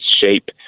shape